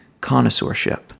connoisseurship